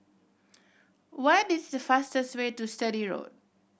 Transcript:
what is the fastest way to Sturdee Road